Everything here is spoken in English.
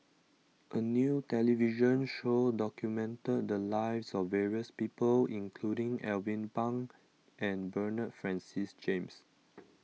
a new television show documented the lives of various people including Alvin Pang and Bernard Francis James